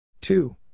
two